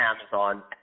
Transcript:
Amazon